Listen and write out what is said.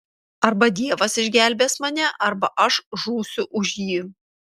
arba dievas išgelbės mane arba aš žūsiu už jį